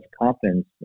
confidence